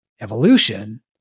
evolution